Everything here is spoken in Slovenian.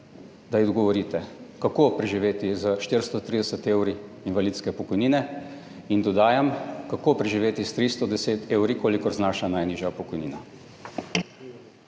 da ji odgovorite: Kako preživeti s 430 evri invalidske pokojnine? In dodajam: Kako preživeti s 310 evri, kolikor znaša najnižja pokojnina?